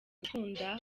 gukunda